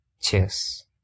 Cheers